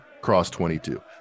CROSS22